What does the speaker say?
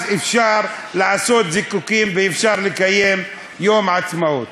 אז אפשר לעשות זיקוקים ואפשר לקיים יום עצמאות.